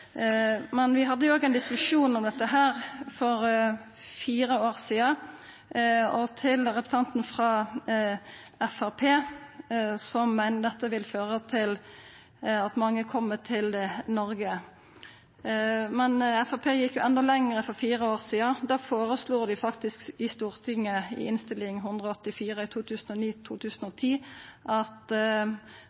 Men dei som er her, har ein grunnleggjande rett, og ein kan ikkje utsetja helsepersonell for ein slik praksis som ein har i dag i Noreg. Vi hadde ein diskusjon om dette òg for fire år sidan. Og til representanten frå Framstegspartiet, som meiner dette vil føra til at mange kjem til Noreg: Framstegspartiet gjekk jo endå lenger for fire år sidan,